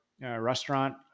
restaurant